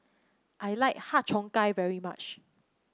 I like Har Cheong Gai very much